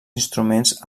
instruments